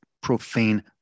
profane